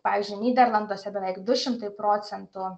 pavyzdžiui nyderlanduose beveik du šimtai procentų